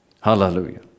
Hallelujah